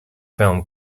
film